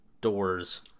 doors